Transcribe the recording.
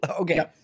okay